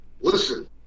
Listen